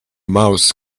mouse